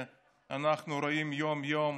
שבהם לצערי אנחנו רואים יום-יום